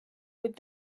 with